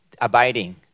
abiding